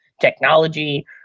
technology